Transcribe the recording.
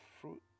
fruit